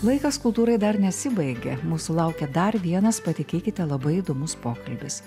laikas kultūrai dar nesibaigė mūsų laukia dar vienas patikėkite labai įdomus pokalbis